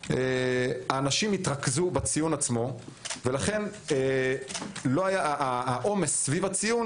אנשים התרכזו בציון עצמו ולכן העומס סביב הציון